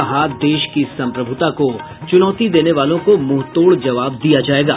कहा देश की संप्रभुता को चुनौती देने वालों को मुंहतोड़ जवाब दिया जाएगा